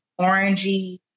orangey